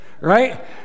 right